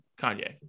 Kanye